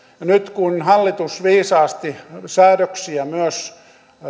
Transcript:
nyt kun hallitus viisaasti säädöksiä myös